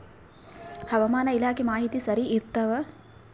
ಹವಾಮಾನ ಇಲಾಖೆ ಮಾಹಿತಿ ಸರಿ ಇರ್ತವ?